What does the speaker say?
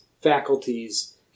faculties